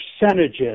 percentages